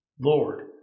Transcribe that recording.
Lord